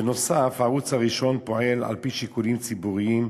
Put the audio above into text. בנוסף, הערוץ הראשון פועל על-פי שיקולים ציבוריים,